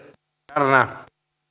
arvoisa